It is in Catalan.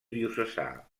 diocesà